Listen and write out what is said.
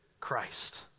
Christ